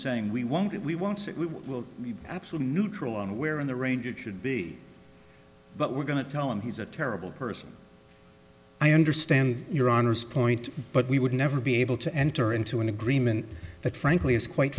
saying we want it we wants it we will absolutely neutral on where in the range it should be but we're going to tell him he's a terrible person i understand your honor's point but we would never be able to enter into an agreement that frankly is quite